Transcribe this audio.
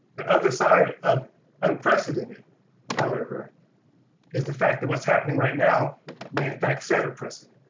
the other side of unprecedented however is the fact that what is happening right now may in fact set a precedent.